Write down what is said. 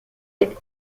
elle